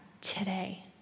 today